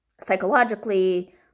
psychologically